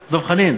לו חלופה נורמלית.